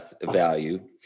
value